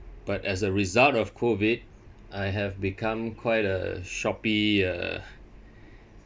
but as a result of COVID I have become quite a Shopee uh